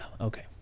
okay